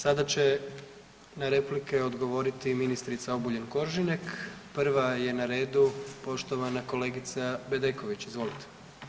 Sada će na replike odgovoriti i ministrica Obuljen Koržinek, prva je na redu poštovana kolegica Bedeković, izvolite.